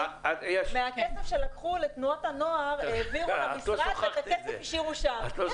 מהכסף שלקחו לתנועות הנוער העבירו למשרד ואת הכסף השאירו שם.